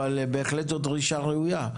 אבל בהחלט זו דרישה ראויה,